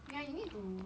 ya you need to